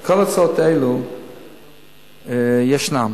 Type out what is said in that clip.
כל ההצעות האלה, אדוני, כל ההצעות האלה ישנן.